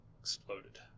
Exploded